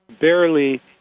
barely